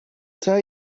tell